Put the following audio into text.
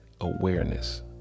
awareness